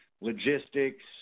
logistics